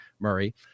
Murray